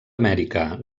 amèrica